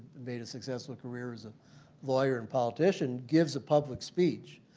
made a successful career as a lawyer and politician, gives a public speech.